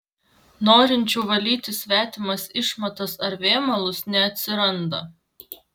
norinčių valyti svetimas išmatas ar vėmalus neatsiranda